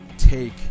take